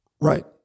Right